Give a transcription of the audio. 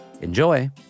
Enjoy